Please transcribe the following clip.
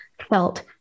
felt